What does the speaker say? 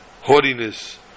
haughtiness